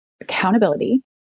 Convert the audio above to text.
accountability